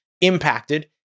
impacted